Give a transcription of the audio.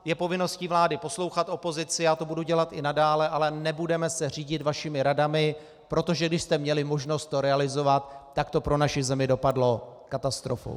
Je povinností vlády poslouchat opozici, já to budu to dělat i nadále, ale nebudeme se řídit vašimi radami, protože když jste měli možnost to realizovat, tak to pro naši zemi dopadlo katastrofou.